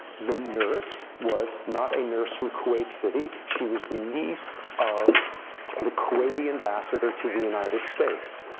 the nurse was not a nurse from kuwait city. she was the niece of the kuwaiti ambassador to the united states.